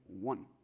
one